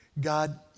God